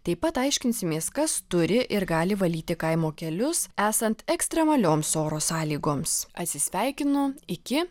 taip pat aiškinsimės kas turi ir gali valyti kaimo kelius esant ekstremalioms oro sąlygoms atsisveikinu iki